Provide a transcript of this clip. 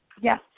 Yes